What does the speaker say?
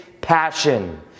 passion